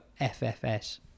FFS